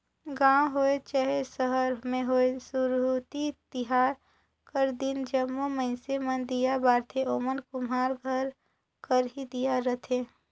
गाँव होए चहे सहर में होए सुरहुती तिहार कर दिन जम्मो मइनसे मन दीया बारथें ओमन कुम्हार घर कर ही दीया रहथें